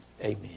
Amen